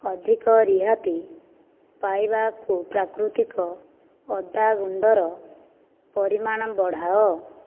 ଅଧିକ ରିହାତି ପାଇବାକୁ ପ୍ରାକୃତିକ ଅଦା ଗୁଣ୍ଡର ପରିମାଣ ବଢ଼ାଅ